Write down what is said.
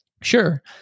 Sure